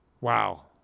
Wow